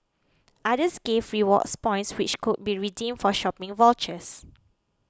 others gave rewards points which could be redeemed for shopping vouchers